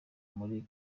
muri